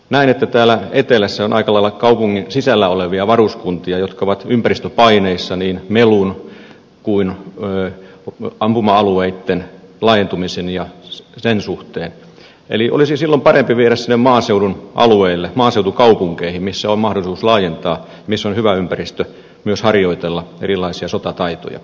näen että täällä etelässä on aika lailla kaupungin sisällä olevia varuskuntia jotka ovat ympäristöpaineissa niin melun kuin ampuma alueitten laajentumisen suhteen eli olisi silloin parempi viedä sinne maaseudun alueille maaseutukaupunkeihin missä on mahdollisuus laajentaa missä on hyvä ympäristö myös harjoitella erilaisia sotataitoja